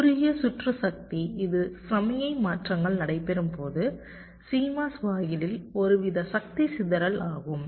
குறுகிய சுற்று சக்தி இது சமிக்ஞை மாற்றங்கள் நடைபெறும் போது CMOS வாயிலில் ஒருவித சக்தி சிதறல் ஆகும்